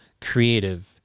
creative